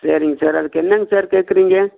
சரிங்க சரி அதுக்கு என்னங்க சார் கேக்கிறீங்க